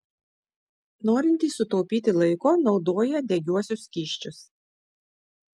norintys sutaupyti laiko naudoja degiuosius skysčius